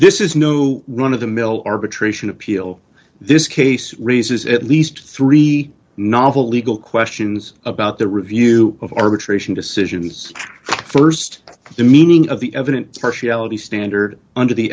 this is new one of the mill arbitration appeal this case raises at least three novel legal questions about the review of arbitration decisions st the meaning of the evident partiality standard under the